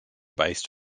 based